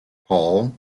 paul